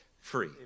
free